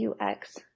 UX